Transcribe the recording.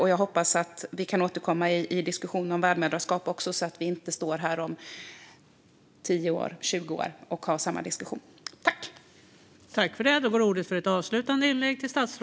Jag hoppas att vi också kan återkomma om värdmödraskap så att vi inte står här om 10 eller 20 år och har en liknande diskussion om det.